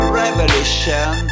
revolution